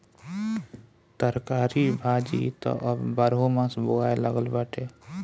तरकारी भाजी त अब बारहोमास बोआए लागल बाटे